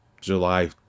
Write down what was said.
July